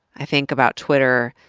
i think about twitter,